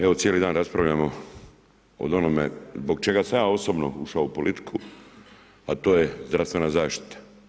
Evo cijeli dan raspravljamo o onome zbog čega sam ja osobno ušao u politiku, a to je zdravstvena zaštita.